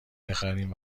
بخریم